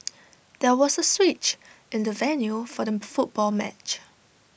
there was A switch in the venue for the football match